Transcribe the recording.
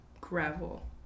gravel